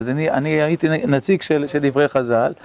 אז אני אני הייתי נציג של דברי חזל.